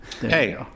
Hey